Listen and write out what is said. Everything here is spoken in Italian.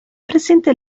presente